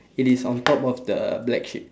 it is on top of the black sheep